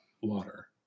Water